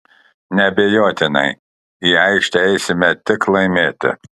neabejotinai į aikštę eisime tik laimėti